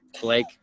Blake